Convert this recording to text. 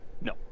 No